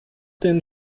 den